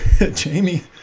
Jamie